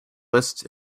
list